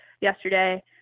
yesterday